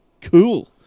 Cool